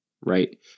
right